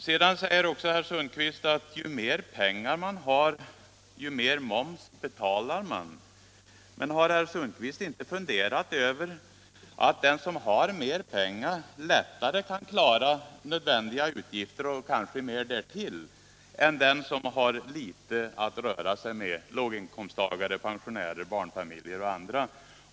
Herr Sundkvist säger också att ju mer pengar man har desto mer moms betalar man. Men har herr Sundkvist inte funderat över att den som har mer pengar lättare kan klara nödvändiga utgifter, och kanske mer därtill, än den som har litet att röra sig med, t.ex. låginkomsttagare, pensionärer, barnfamiljer och andra?